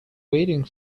waiting